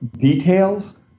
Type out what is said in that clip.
details